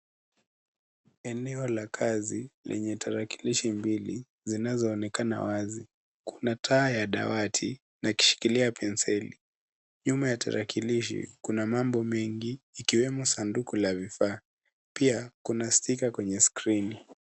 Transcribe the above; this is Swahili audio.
Eneo la kazi lenye tarakilishi mbili zinazoonekana wazi. Kuna taa ya dawati ikishikilia penseli. Nyuma ya tarakilishi kuna mambo mengi ikiwemo sanduku la vifaa. Pia kuna sticker kwenye skrini.